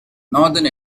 northern